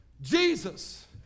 Jesus